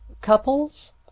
Couples